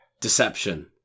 Deception